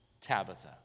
Tabitha